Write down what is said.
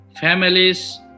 families